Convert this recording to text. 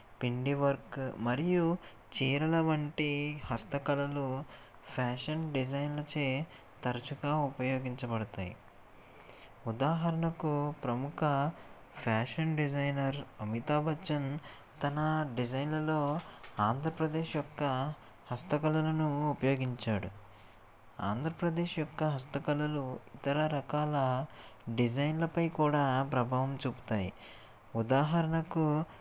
పెండి వర్క్ మరియు చీరల వంటి హస్తకళలు ఫ్యాషన్ డిజైన్ల చేత తరచుగా ఉపయోగించబడతాయి ఉదాహరణకు ప్రముఖ ఫ్యాషన్ డిజైనర్ అమితాబచ్చన్ తన డిజైన్లలో ఆంధ్రప్రదేశ్ యొక్క హస్తకళలను ఉపయోగించాడు ఆంధ్రప్రదేశ్ యొక్క హస్తకళలు ఇతర రకాల డిజైన్లపై కూడా ప్రభావం చూపుతాయి ఉదాహరణకు